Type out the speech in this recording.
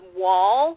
wall